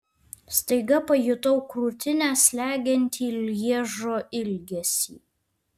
staiga pajutau krūtinę slegiantį lježo ilgesį